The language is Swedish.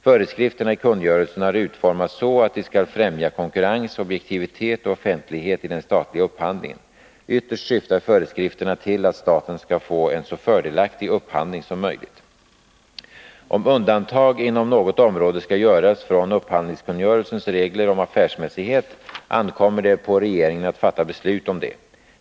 Föreskrifterna i kungörelsen har utformats så att de skall främja konkurrens, objektivitet och offentlighet i den statliga upphandlingen. Ytterst syftar föreskrifterna till att staten skall få en så fördelaktig upphandling som möjligt. sens regler om affärsmässighet ankommer det på regeringen att fatta beslut om det.